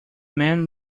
man